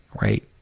right